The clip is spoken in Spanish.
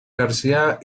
garcía